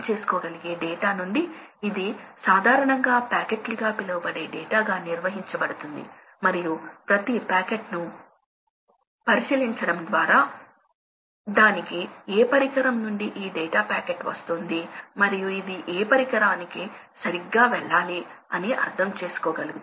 కాబట్టి ఇది ప్రాథమికంగా ఈ మొత్తం ఆపరేషనల్ సమయము ఒక రోజు అనుకుంటే నా ఉద్దేశ్యం లోడింగ్ అంటే ఏమిటి మీరు 40 నుండి 45 లేదా 50 నుండి 55 ప్రత్యేక లోడింగ్ స్థాయిని చెప్పే లోడింగ్ తీసుకుంటే ఇది ఎంత వరకు ఉంటుంది సమయం ఎంత శాతం